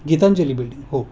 Gitanjali building हो